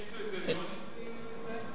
יש קריטריונים לזה?